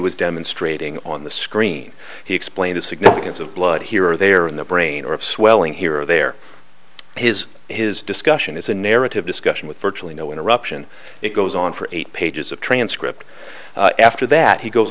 was demonstrating on the screen he explained the significance of blood here or there in the brain or of swelling here or there his his discussion is a narrative discussion with virtually no interruption it goes on for eight pages of transcript after that he goes